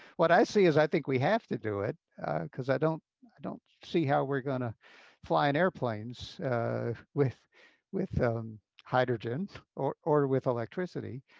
what i see is i think we have to do it because i don't i don't see how we're going to fly in airplanes with with hydrogen or or with electricity.